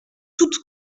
toute